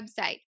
website